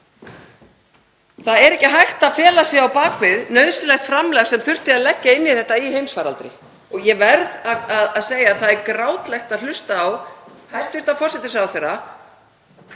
Það er ekki hægt að fela sig á bak við nauðsynlegt framlag sem þurfti að leggja inn í þetta í heimsfaraldri og ég verð að segja að það er grátlegt að hlusta á hæstv. forsætisráðherra